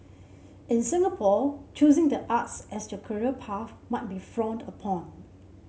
in Singapore choosing the arts as your career path might be frowned upon